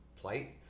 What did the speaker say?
plight